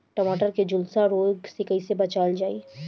टमाटर को जुलसा रोग से कैसे बचाइल जाइ?